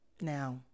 Now